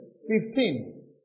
Fifteen